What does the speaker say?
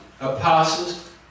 apostles